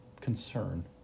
concern